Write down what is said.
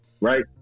right